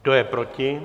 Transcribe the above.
Kdo je proti?